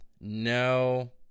No